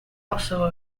also